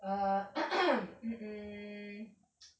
err mm